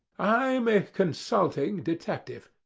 i'm a consulting detective,